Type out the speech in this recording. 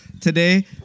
today